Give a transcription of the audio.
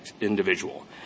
individual